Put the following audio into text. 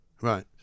Right